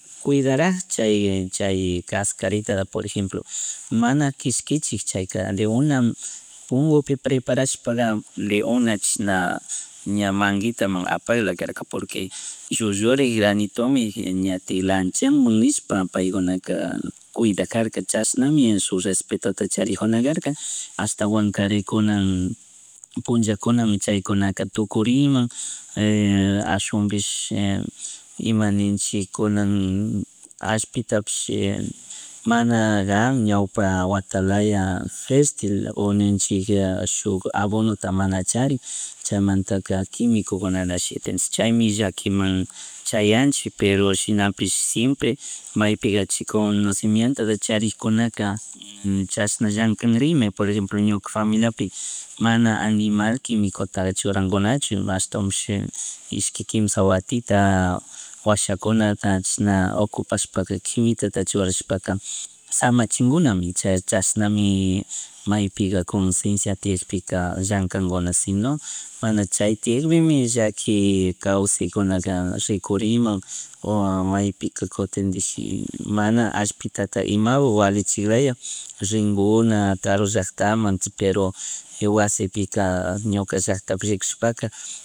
Kuydarash chay chay kaskarita por ejemplo mana kishkichik chayka de una pungupi preprashka de a una chashan ña manguita man apaglakarka porque llullurik granitomi ñatik lanchagmi nishpa paykunaka kuidajarka chashnami shuk respetota charijarka ashtawanka kunan punllakunami chaykuna tukuriman ashawanpish ima ninchik kunan alllpitapish mana gan ñawpa watalaya fertil o ninchik shuk abonota mana charik chaymantaka quimikuguna na shitanchik chaymi llakinman chayanchi pero shinapish siempre maypiga chay conocimientota charijunaka chashan llankarinmi por ejemplo ñuka familiapi mana animal quimikuta churangunachu hastawanpish ishki kimsha watita washakunata chashna ocupashpaka kiwitata churashpaka shamanchikunami chash chashnami maypimi ga consencia tiyagpika llankaguna sino mana chay tiyakpimi llaki kawsaykunaka rikurimun o maypika kutintik y mana allpitata imabup valichiklaya ringuna karu llaktaman pero wasipika ñuka llacktapika rikushpaka